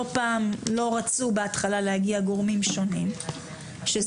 לא פעם לא רצו בהתחלה להגיע גורמים שונים שזימנו.